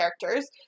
characters